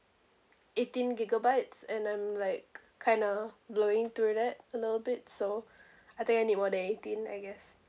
eighteen gigabytes and I'm like kinda blowing through that a little bit so I think I need more then eighteen I guess